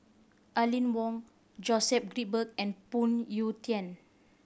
Aline Wong Joseph Grimberg and Phoon Yew Tien